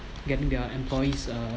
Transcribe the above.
getting their employees uh